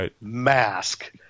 Mask